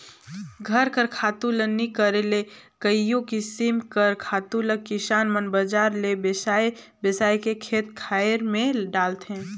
घर कर खातू ल नी करे ले कइयो किसिम कर खातु ल किसान मन बजार ले बेसाए बेसाए के खेत खाएर में डालथें